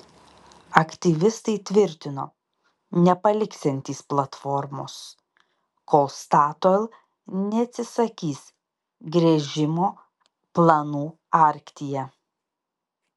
aktyvistai tvirtino nepaliksiantys platformos kol statoil neatsisakys gręžimo planų arktyje